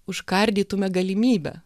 užkardytume galimybę